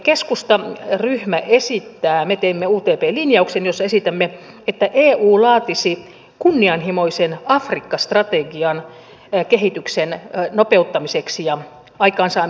keskustan ryhmä tekee utp linjauksen jossa esitämme että eu laatisi kunnianhimoisen afrikka strategian kehityksen nopeuttamiseksi ja aikaansaamiseksi